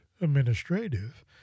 administrative